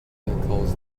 calls